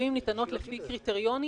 אלה קריטריונים